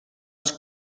els